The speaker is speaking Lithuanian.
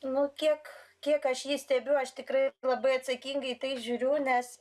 nu kiek kiek aš jį stebiu aš tikrai labai atsakingai į tai žiūriu nes